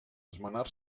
esmenar